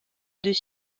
des